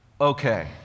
okay